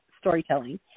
storytelling